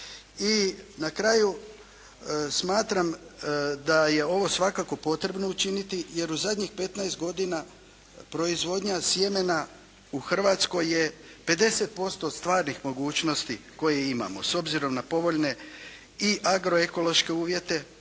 na kraju, smatram da je ovo svakako potrebno učiniti jer u zadnjih petnaest godina proizvodnja sjemena u Hrvatskoj je 50% od stvarnih mogućnosti koje imamo s obzirom na povoljne i agro ekološke uvjete,